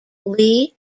lee